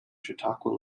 chautauqua